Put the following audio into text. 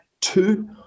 two